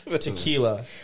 tequila